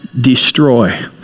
destroy